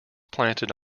planted